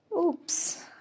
Oops